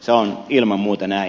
se on ilman muuta näin